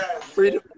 Freedom